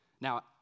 Now